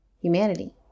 humanity